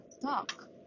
talk